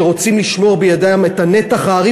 שרוצים לשמור בידיהם את נתח הארי